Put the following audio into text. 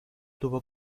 tuvo